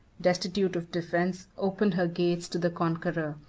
destitute of defence, opened her gates to the conqueror,